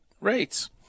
rates